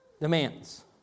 demands